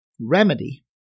remedy